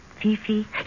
Fifi